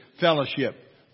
fellowship